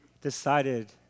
decided